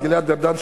גלעד ארדן,